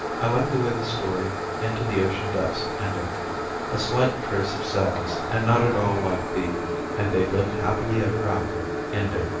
i like the way the story into the ocean depths ended a slight trace of sadness and not at all like the and they lived happily ever after ending.